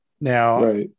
now